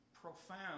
profound